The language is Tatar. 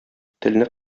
телне